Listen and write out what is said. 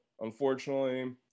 unfortunately